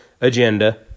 agenda